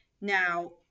now